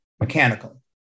mechanical